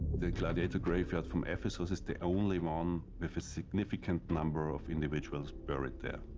the gladiator graveyard from ephesus is the only one with a significant number of individuals buried there.